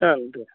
ಹೌದು